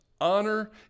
Honor